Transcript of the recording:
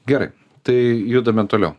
gerai tai judame toliau